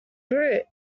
brute